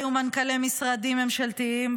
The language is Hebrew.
היו מנכ"לי משרדים ממשלתיים,